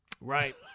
Right